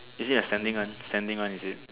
is it a standing one standing one is it